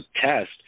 test